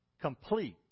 complete